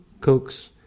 Cokes